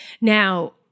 Now